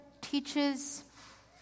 teaches